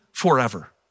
forever